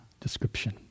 description